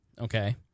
Okay